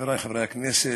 חברי חברי הכנסת,